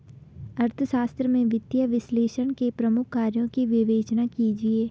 अर्थशास्त्र में वित्तीय विश्लेषक के प्रमुख कार्यों की विवेचना कीजिए